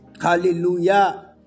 Hallelujah